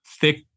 thick